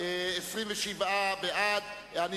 28 בעד, אין נמנעים.